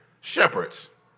shepherds